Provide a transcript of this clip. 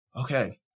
Okay